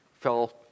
fell